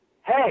hey